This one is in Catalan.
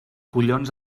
collons